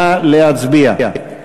נא להצביע.